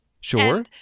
sure